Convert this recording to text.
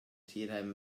tierheim